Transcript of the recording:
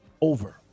over